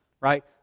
right